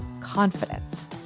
confidence